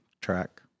track